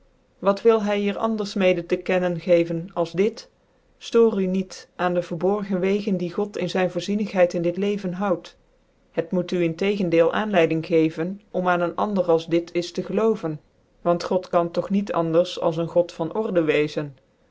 wat wil hy wier anders mede te kennen gecven als dit stoor u niet aan de vetborgc wegen die god m zyn voorzienigheid in dit leven houd liet moe u in tegendeel aanleiding gecven om aan een ander als dit is te geloven want god kan dog niet anders als een god van order wezen